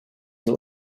that